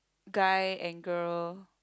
guy and girl